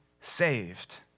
saved